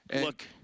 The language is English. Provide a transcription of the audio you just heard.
look